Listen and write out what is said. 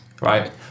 right